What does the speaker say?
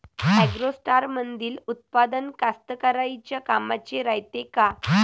ॲग्रोस्टारमंदील उत्पादन कास्तकाराइच्या कामाचे रायते का?